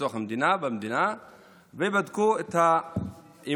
בתוך המדינה ובדקו את האמון